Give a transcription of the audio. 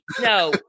No